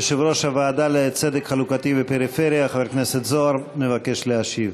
יושב-ראש הוועדה לצדק חלוקתי ופריפריה חבר הכנסת זוהר מבקש להשיב.